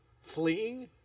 fleeing